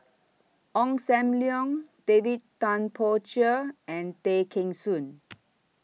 Ong SAM Leong David Tay Poey Cher and Tay Kheng Soon